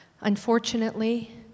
Unfortunately